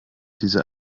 dieser